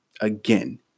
again